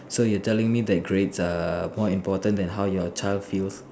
so you telling me that grades are more important than how your child feels